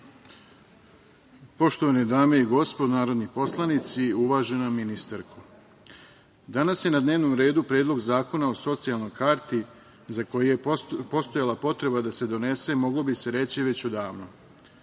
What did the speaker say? Poštovane dame i gospodo narodni poslanici, uvažena ministarko. Danas je na dnevnom redu Predlog zakona o socijalnoj karti za koju je postojala potreba da se donese moglo bi se reći već odavno.